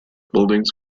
buildings